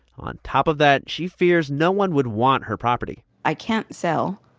on top of that, she fears no one would want her property i can't sell,